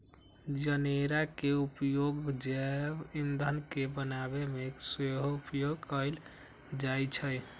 जनेरा के उपयोग जैव ईंधन के बनाबे में सेहो उपयोग कएल जाइ छइ